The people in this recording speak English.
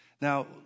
Now